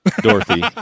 Dorothy